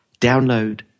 download